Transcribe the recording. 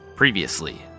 Previously